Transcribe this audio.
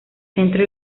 centro